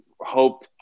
hope